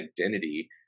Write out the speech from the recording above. identity